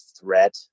threat